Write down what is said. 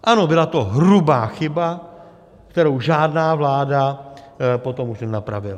Ano, byla to hrubá chyba, kterou žádná vláda potom už nenapravila.